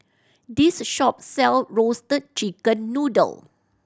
this shop sell Roasted Chicken Noodle